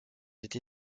été